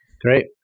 Great